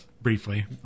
briefly